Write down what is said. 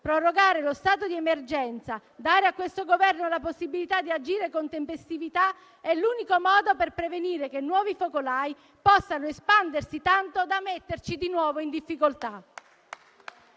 prorogare lo stato di emergenza, dare a questo Governo la possibilità di agire con tempestività è l'unico modo per prevenire che nuovi focolai possano espandersi tanto da metterci di nuovo in difficoltà.